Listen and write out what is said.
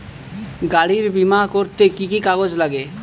গাড়ীর বিমা করতে কি কি কাগজ লাগে?